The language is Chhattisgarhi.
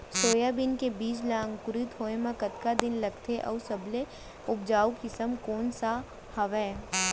सोयाबीन के बीज ला अंकुरित होय म कतका दिन लगथे, अऊ सबले उपजाऊ किसम कोन सा हवये?